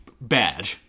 bad